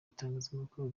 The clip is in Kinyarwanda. itangazamakuru